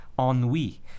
ennui